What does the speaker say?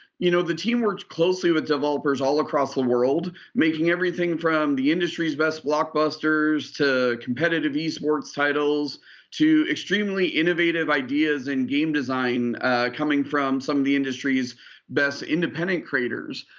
you know the team worked closely with developers all across the world. making everything from the industry's best blockbusters to competitive esports titles to extremely innovative ideas in game design coming from some of the industry's best independent creators.